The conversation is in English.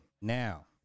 Now